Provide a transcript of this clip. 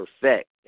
perfect